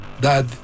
Dad